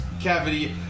cavity